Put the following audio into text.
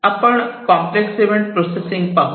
आपण complex event processing पाहू